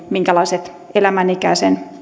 minkälaiset elämänikäisen